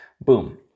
Boom